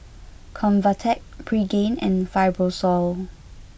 Convatec Pregain and Fibrosol